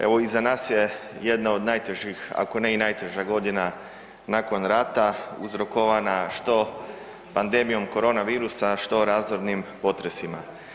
Evo iza nas je jedna od najtežih ako ne i najteža godina nakon rata uzrokovana što pandemijom korona virusa, što razornim potresima.